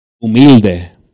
Humilde